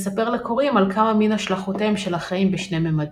מספר לקוראים על כמה מן השלכותיהם של החיים בשני ממדים.